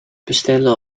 bestellen